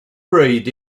read